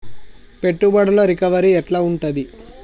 పెట్టుబడుల రికవరీ ఎట్ల ఉంటది?